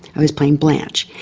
i was playing blanche.